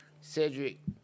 Cedric